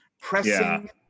pressing